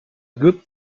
good